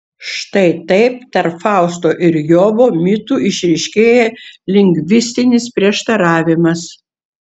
štai taip tarp fausto ir jobo mitų išryškėja lingvistinis prieštaravimas